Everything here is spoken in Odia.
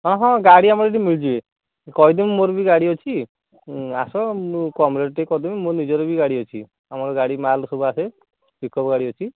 ହଁ ହଁ ଗାଡ଼ି ଆମର ଏଠି ମିଳୁଛି ମୁଁ କହିଦେବି ମୋର ବି ଗାଡ଼ି ଅଛି ଆସ ମୁଁ କମ୍ ରେଟ୍ ଟିକିଏ କରିଦେବି ମୋର ନିଜର ବି ଗାଡ଼ି ଅଛି ଆମର ଗାଡ଼ି ମାଲ୍ ସବୁ ଆସେ ପିକ୍ଅପ୍ ଗାଡ଼ି ଅଛି